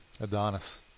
Adonis